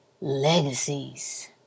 legacies